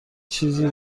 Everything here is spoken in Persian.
چیزی